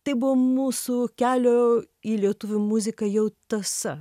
tai buvo mūsų kelio į lietuvių muziką jau tąsa